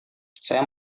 saya